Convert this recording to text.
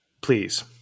please